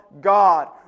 God